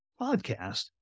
podcast